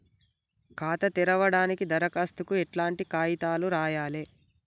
ఖాతా తెరవడానికి దరఖాస్తుకు ఎట్లాంటి కాయితాలు రాయాలే?